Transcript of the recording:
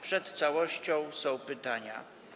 Przed całością są pytania.